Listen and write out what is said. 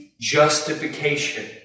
justification